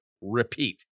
repeat